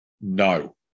No